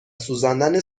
سوزاندن